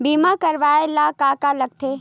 बीमा करवाय ला का का लगथे?